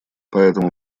поэтому